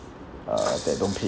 uh that don't pay